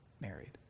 married